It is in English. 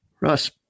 Russ